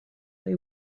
they